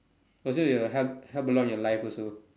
also it will help help a lot in your life also